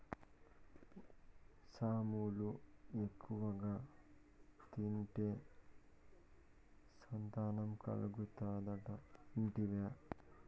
సామలు ఎక్కువగా తింటే సంతానం కలుగుతాదట ఇంటివా